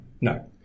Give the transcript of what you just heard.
No